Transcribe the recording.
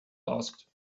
asked